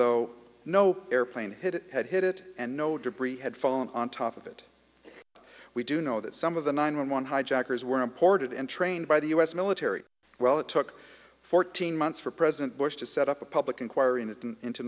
though no airplane hit it had hit it and no debris had fallen on top of it but we do know that some of the nine one one hijackers were imported and trained by the us military well it took fourteen months for president bush to set up a public inquir